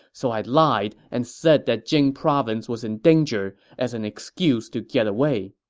so i lied and said that jing province was in danger as an excuse to get away.